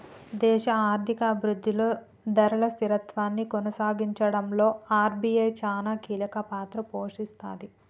దేశ ఆర్థిక అభిరుద్ధిలో ధరల స్థిరత్వాన్ని కొనసాగించడంలో ఆర్.బి.ఐ చానా కీలకపాత్ర పోషిస్తది